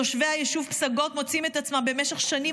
תושבי היישוב פסגות מוצאים את עצמם במשך שנים